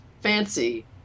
fancy